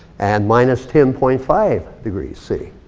and minus ten point five degrees c.